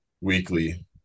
weekly